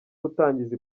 gutangiza